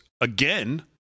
again